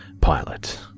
pilot